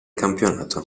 campionato